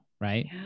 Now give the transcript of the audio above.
Right